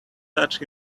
touched